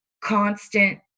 constant